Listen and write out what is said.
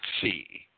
see